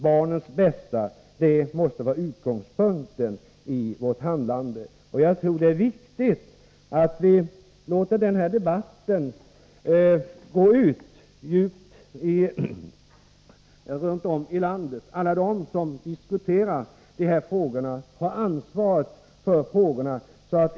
Detta måste vara utgångspunkten för vårt handlande. Jag tror att det är viktigt att vi ser till att den här debatten kommer att föras grundligt runt om i landet. Alla som diskuterar de här frågorna har ett ansvar.